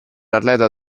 atleta